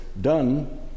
done